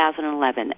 2011